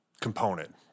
component